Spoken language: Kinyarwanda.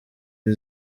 iri